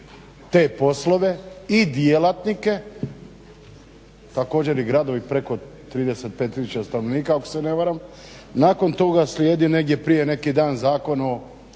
te poslove i djelatnike, također i gradovi preko 35000 stanovnika ako se na varam. Nakon toga slijedi negdje prije neki dan Zakon o